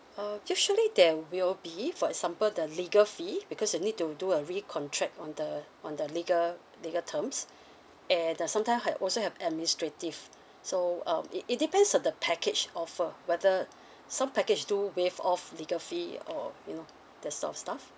uh usually there will be for example the legal fee because you need to do a recontract on the on the legal legal terms and uh sometime ha~ also have administrative so um it it depends on the package offer but uh some package do waive off legal fee or you know that sort of stuff